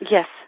Yes